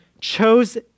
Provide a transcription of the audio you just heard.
chose